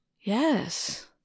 yes